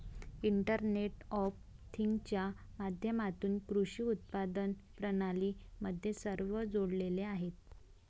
internet of थिंग्जच्या माध्यमातून कृषी उत्पादन प्रणाली मध्ये सर्व जोडलेले आहेत